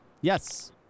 Yes